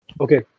Okay